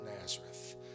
Nazareth